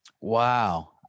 Wow